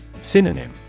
Synonym